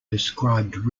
described